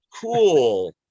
cool